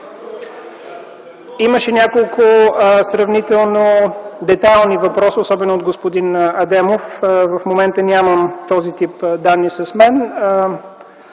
Имаше няколко сравнително детайлни въпроса, особено от господин Адемов. В момента нямам този тип данни в мен.